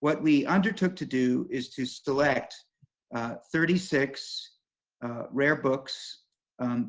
what we undertook to do is to select thirty six rare books